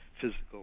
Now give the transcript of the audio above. physical